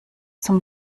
zum